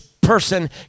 person